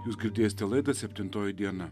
jūs girdėsite laidą septintoji diena